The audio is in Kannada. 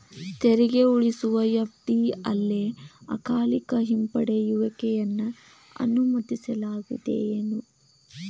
ತೆರಿಗೆ ಉಳಿಸುವ ಎಫ.ಡಿ ಅಲ್ಲೆ ಅಕಾಲಿಕ ಹಿಂಪಡೆಯುವಿಕೆಯನ್ನ ಅನುಮತಿಸಲಾಗೇದೆನು?